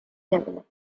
developed